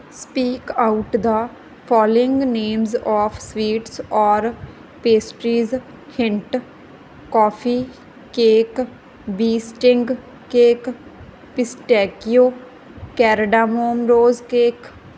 speak out the following names of sweets or pastries hint coffee cake bee sting cake pistachio cardamom rose cake